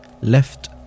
left